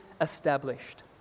established